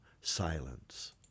silence